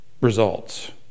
results